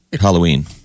Halloween